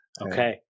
Okay